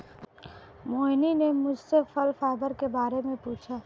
मोहिनी ने मुझसे फल फाइबर के बारे में पूछा